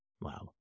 Wow